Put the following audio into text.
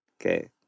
Okay